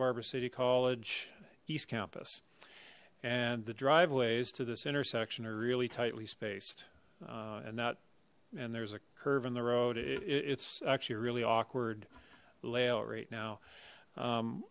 barbara city college east campus and the driveways to this intersection are really tightly spaced uh and that and there's a curve in the road it's actually a really awkward layout right now um